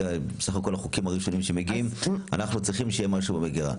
וצריך שיהיה משהו במגירה.